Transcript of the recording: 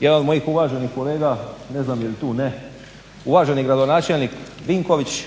jedan od mojih uvaženih kolega, ne znam je li tu, ne, uvaženi gradonačelnik Vinković